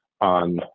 on